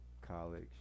college